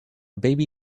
baby